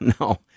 no